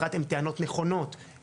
קודם